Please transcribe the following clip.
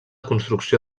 construcció